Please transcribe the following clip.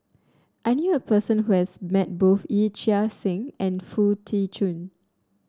I knew a person who has met both Yee Chia Hsing and Foo Tee Jun